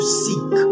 seek